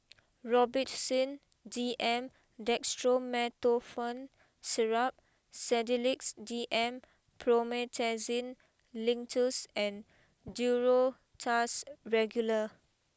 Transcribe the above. Robitussin D M Dextromethorphan Syrup Sedilix D M Promethazine Linctus and Duro Tuss Regular